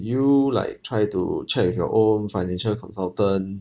you like try to check your own financial consultant